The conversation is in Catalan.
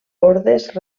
ordes